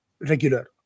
regular